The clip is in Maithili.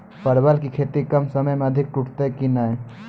परवल की खेती कम समय मे अधिक टूटते की ने?